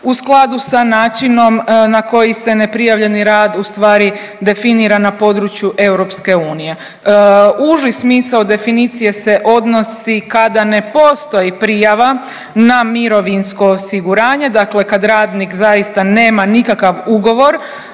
u skladu sa načinom na koji se neprijavljeni rad ustvari definira na području EU. Uži smisao definicije se odnosi kada ne postoji prijava na mirovinsko osiguranje, dakle kad radnik zaista nema nikakav ugovor